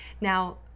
Now